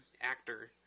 actor